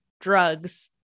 drugs